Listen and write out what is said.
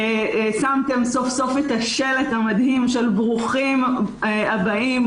שמתם סוף-סוף את השלט המדהים של "ברוכים הבאים,